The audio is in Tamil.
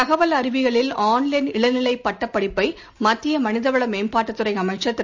தகவல் அறிவியலில் ஆன்லைன் இளநிலை பட்டப் படிப்பை மத்திய மனித வள மேம்பாட்டுத் துறை அமைசன் திரு